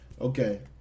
Okay